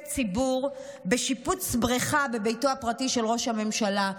ציבור בשיפוץ בריכה בביתו הפרטי של ראש הממשלה.